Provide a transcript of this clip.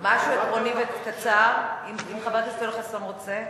משהו עקרוני וקצר, אם חבר הכנסת יואל חסון רוצה?